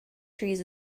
trees